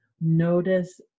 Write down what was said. notice